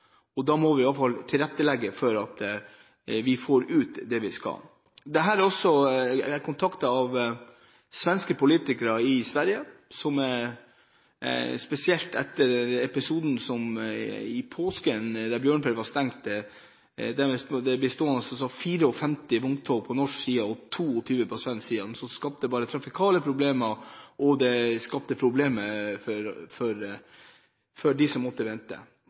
og da må vi i alle fall tilrettelegge for at vi får ut det vi skal. Jeg er også blitt kontaktet av svenske politikere, spesielt etter episoden i påsken da Bjørnfjell var stengt, og det ble stående 54 vogntog på norsk side og 22 på svensk side. Dette skapte trafikale problemer, og det skapte problemer for dem som måtte vente.